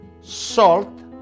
salt